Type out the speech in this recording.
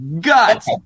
gut